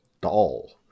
doll